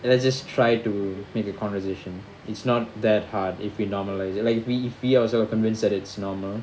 and I just try to make a conversation it's not that hard if we normalise it like if we if we convince ourselves that it's normal